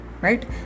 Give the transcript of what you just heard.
right